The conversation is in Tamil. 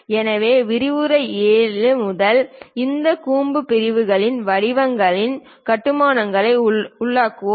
எனவே விரிவுரை 7 முதல் இந்த கூம்பு பிரிவுகளையும் வடிவியல் கட்டுமானங்களையும் உள்ளடக்குகிறோம்